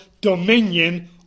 dominion